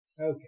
Okay